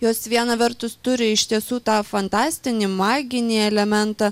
jos viena vertus turi iš tiesų tą fantastinį maginį elementą